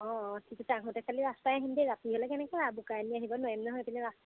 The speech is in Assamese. অঁ অঁ ঠিক আছে আহোতে খালি ৰাস্তাৰে আহিম দেই ৰাতি হ'লে কেনেকৈ বোকাই দিনি অহিব নোৱাৰিম নহয়